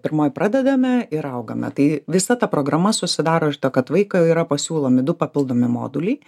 pirmoj pradedame ir augame tai visa ta programa susidaro iš to kad vaikui yra pasiūlomi du papildomi moduliai